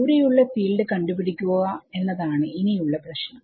ദൂരെയുള്ള ഫീൽഡ് കണ്ടുപിടിക്കുക എന്നതാണ് ഇനിയുള്ള പ്രശ്നം